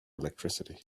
electricity